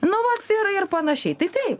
nu vat ir ir panaišiai tai tai